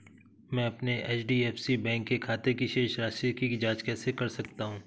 मैं अपने HDFC bank के खाते की शेष राशि की जाँच कैसे कर सकता हूँ?